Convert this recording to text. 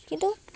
কিন্তু